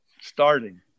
starting